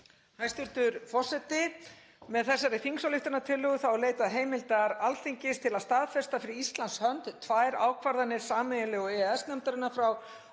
Hæstv. forseti. Með þessari þingsályktunartillögu er leitað heimildar Alþingis til að staðfesta fyrir Íslands hönd tvær ákvarðanir sameiginlegu EES-nefndarinnar frá